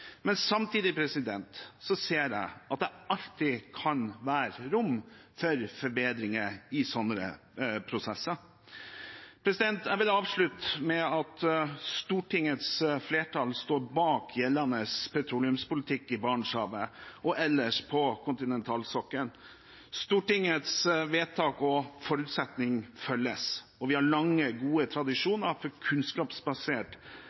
Samtidig ser jeg at det alltid kan være rom for forbedringer i slike prosesser. Jeg vil avslutte med at Stortingets flertall står bak gjeldende petroleumspolitikk i Barentshavet og ellers på kontinentalsokkelen. Stortingets vedtak og forutsetning følges, og vi har lange og gode